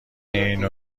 اینو